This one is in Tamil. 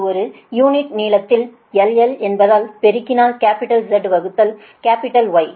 அது ஒரு யூனிட் நீளத்தின் l l என்பதால் பெருக்கினால் கேப்பிடல் Z வகுத்தல் கேப்பிடல் Y